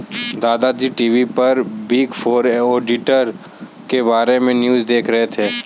दादा जी टी.वी पर बिग फोर ऑडिटर के बारे में न्यूज़ देख रहे थे